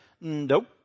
Nope